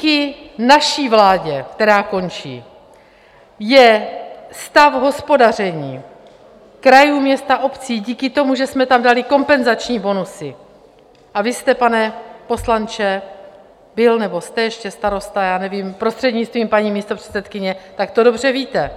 Díky naší vládě, která končí, je stav hospodaření krajů, měst a obcí, díky tomu, že jsme tam dali kompenzační bonusy, a vy jste, pane poslanče, byl nebo jste ještě starosta já nevím, prostřednictvím paní místopředsedkyně, tak to dobře víte.